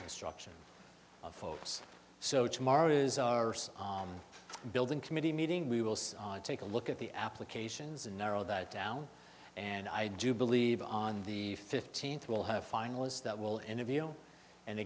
construction of focus so tomorrow is our building committee meeting we will take a look at the applications and narrow that down and i do believe on the fifteenth we'll have finalists that will interview and